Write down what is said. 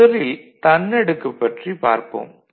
முதலில் தன்னடுக்கு பற்றி பார்ப்போம்